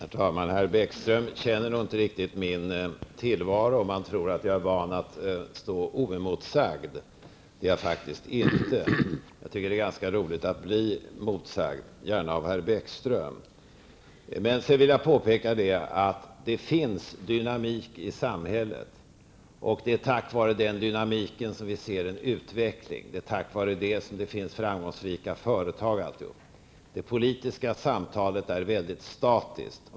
Herr talman! Herr Bäckström känner nog inte riktigt min tillvaro om han tror att jag är van att stå oemotsagd. Det är jag faktiskt inte. Jag tycker det är ganska roligt att bli motsagd, gärna av herr Det finns dynamik i samhället. Det är tack vare den som vi ser en utveckling och det finns framgångsrika företag. Det politiska samtalet är mycket statiskt.